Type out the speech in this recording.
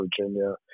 Virginia